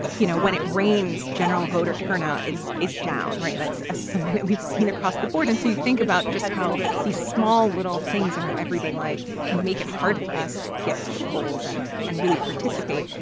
you know, when it rains. general voter turnout is is down. right. that's ah something that we've seen across the board. and so you think about just how these small little things in our everyday life can make it hard for us to get to the polls and and really participate.